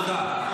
תודה.